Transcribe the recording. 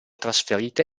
trasferite